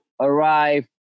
arrive